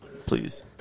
Please